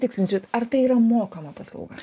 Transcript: tikslinsiu ar tai yra mokama paslauga